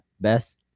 best